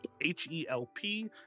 H-E-L-P